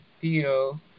feel